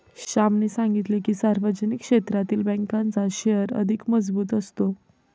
श्यामने सांगितले की, सार्वजनिक क्षेत्रातील बँकांचा शेअर अधिक मजबूत असतो